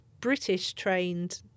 British-trained